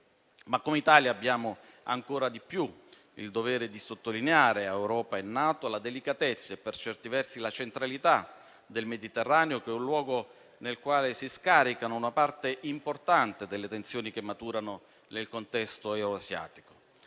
Come Italia abbiamo ancora di più il dovere di sottolineare all'Europa e alla NATO la delicatezza e, per certi versi, la centralità del Mediterraneo, che è un luogo nel quale si scarica una parte importante delle tensioni che maturano nel contesto euroasiatico,